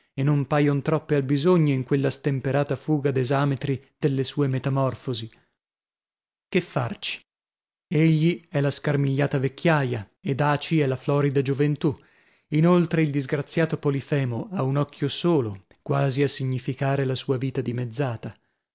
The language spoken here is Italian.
e non paion troppe al bisogno in quella stemperata fuga d'esametri delle sue metamorfosi che farci egli è la scarmigliata vecchiaia ed aci è la florida gioventù inoltre il disgraziato polifemo ha un occhio solo quasi a significare la sua vita dimezzata